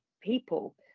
people